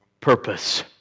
purpose